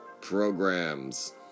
Programs